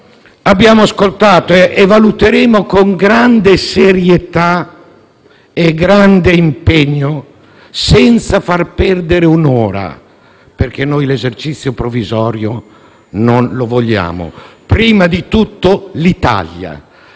disegno di legge di bilancio con grande serietà e grande impegno, senza far perdere un'ora perché noi l'esercizio provvisorio non lo vogliamo: prima di tutto l'Italia.